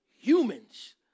humans